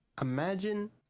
imagine